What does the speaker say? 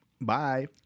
Bye